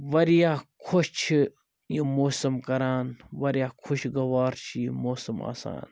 واریاہ خۄش چھِ یہِ موسم کَران واریاہ خۄشگوار چھِ یہِ موسم آسان